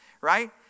right